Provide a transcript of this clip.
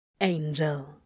Angel